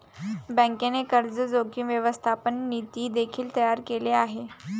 बँकेने कर्ज जोखीम व्यवस्थापन नीती देखील तयार केले आहे